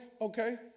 okay